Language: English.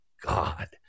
god